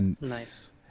Nice